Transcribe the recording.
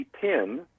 pin